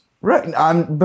Right